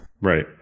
right